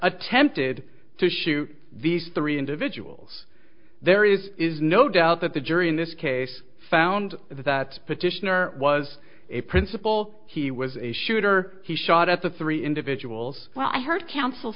attempted to shoot these three individuals there is is no doubt that the jury in this case found that petitioner was a principal he was a shooter he shot at the three individuals well i heard coun